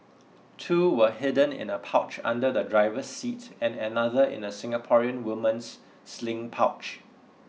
two were hidden in a pouch under the driver's seat and another in a Singaporean woman's sling pouch